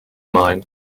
mine